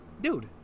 dude